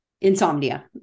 insomnia